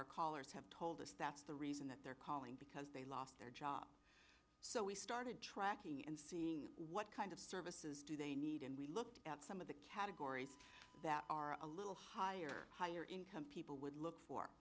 our callers have told us that's the reason that they're calling because they lost their job so we started tracking and seeing what kind of services do they need and we looked at some of the categories that are a little higher higher income people would look for